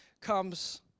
comes